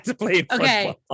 okay